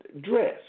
dress